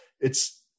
It's-